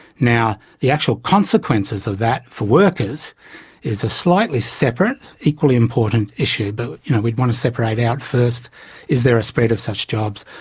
now, the actual consequences of that for workers is a slightly separate, equally important issue. but we'd want to separate out first is there a spread of such jobs?